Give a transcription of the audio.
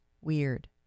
Weird